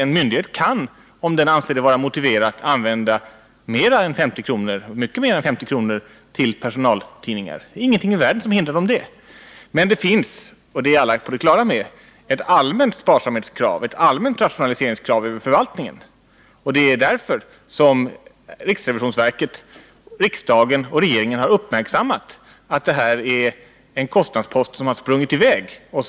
En myndighet kan, om den anser det vara motiverat, använda mycket mer än 50 kr. per anställd till personaltidningar. Det finns ingenting som hindrar dem att göra det. Men det finns — det är alla på det klara med -— ett allmänt sparsamhetskrav och ett allmänt rationaliseringskrav inom förvaltningen. Det är därför som riksrevisionsverket, riksdagen och regeringen har uppmärksammat att detta är en kostnadspost som sprungit i väg och